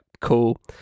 Cool